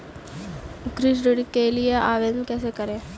गृह ऋण के लिए आवेदन कैसे करें?